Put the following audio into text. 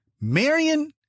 marion